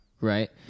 right